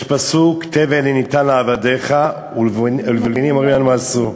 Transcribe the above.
יש פסוק: "תבן אין נִתן לעבדיך ולבנים אמרים לנו עשו".